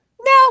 No